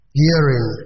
hearing